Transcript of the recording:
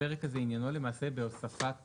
הפרק הזה עניינו למעשה בהוספת,